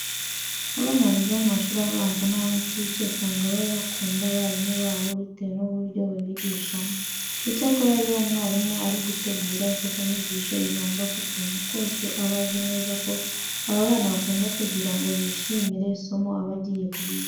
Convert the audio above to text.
Abana biga mu mashuri abanza n'ay'incuke usanga baba bakunda abarimu babo bitewe n'uburyo babigishamo. Icyakora iyo umwarimu ari gutegura imfashanyigisho yibanda ku tuntu twose aba azi neza ko aba bana bakunda kugira ngo bishimire isomo aba agiye kubigisha.